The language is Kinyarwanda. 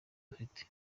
ufite